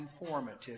informative